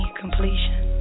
completion